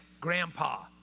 grandpa